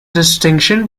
distinction